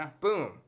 Boom